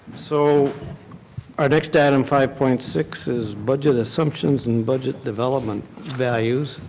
so our next item five point six is budget assumptions and budget development values.